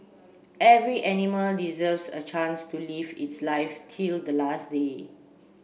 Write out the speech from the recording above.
every animal deserves a chance to live its life till the last day